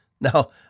Now